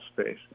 space